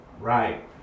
Right